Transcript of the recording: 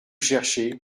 cherchez